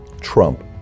Trump